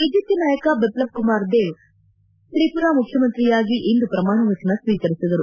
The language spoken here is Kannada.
ಬಿಜೆಪಿ ನಾಯಕ ಬಿಷ್ಣವ್ ಕುಮಾರ್ ದೇಬ್ ತ್ರಿಪುರಾ ಮುಖ್ಯಮಂತ್ರಿಯಾಗಿ ಇಂದು ಪ್ರಮಾಣ ವಚನ ಸ್ವೀಕರಿಸಿದರು